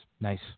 Nice